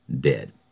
dead